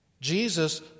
Jesus